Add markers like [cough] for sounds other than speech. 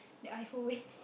the iPhone [laughs]